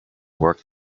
work